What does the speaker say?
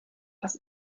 das